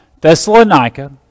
Thessalonica